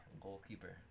goalkeeper